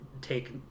take